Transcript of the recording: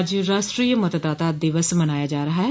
आज राष्ट्रीय मतदाता दिवस मनाया जा रहा है